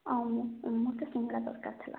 ଆଉ ମୋତେ ଶିଙ୍ଗଡ଼ା ଦରକାର ଥିଲା